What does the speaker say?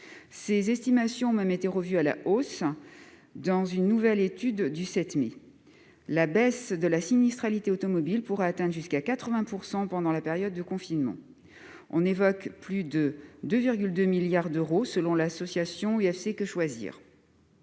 Ces estimations ont même été revues à la hausse dans une nouvelle étude du 7 mai : la baisse de la sinistralité automobile pourrait atteindre jusqu'à 80 % pendant la période de confinement. Plus de 2,2 milliards d'euros sont évoqués, selon l'association UFC-Que Choisir.